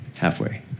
halfway